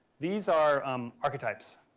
these are um arcitypes.